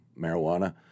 marijuana